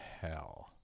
hell